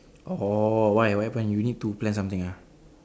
oh why why what happen you need to plan something ah